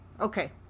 Okay